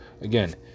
again